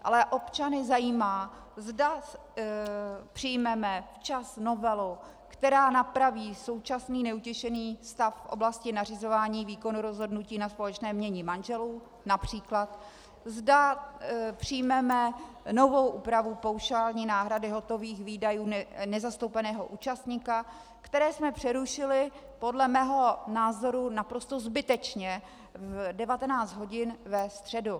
Ale občany zajímá, zda přijmeme včas novelu, která napraví současný neutěšený stav v oblasti nařizování výkonu rozhodnutí na společné jmění manželů například, zda přijmeme novou úpravu paušální náhrady hotových výdajů nezastoupeného účastníka, které jsme přerušili podle mého názoru naprosto zbytečně v 19 hodin ve středu.